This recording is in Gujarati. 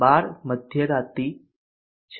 12 મધ્યરાત્રિ છે